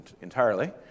entirely